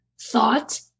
thought